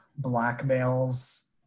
blackmails